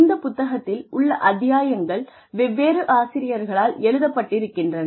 இந்த புத்தகத்தில் உள்ள அத்தியாயங்கள் வெவ்வேறு ஆசிரியர்களால் எழுதப்பட்டிருக்கின்றன